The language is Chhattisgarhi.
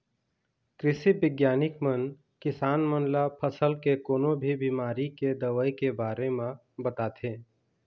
कृषि बिग्यानिक मन किसान मन ल फसल के कोनो भी बिमारी के दवई के बारे म बताथे